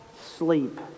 Sleep